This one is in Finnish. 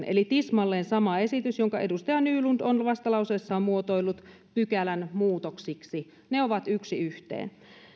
eli se on tismalleen sama esitys jonka edustaja nylund on vastalauseessaan muotoillut pykälämuutoksiksi ne ovat yksi yhteen